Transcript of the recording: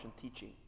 teaching